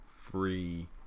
free